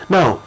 Now